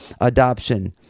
adoption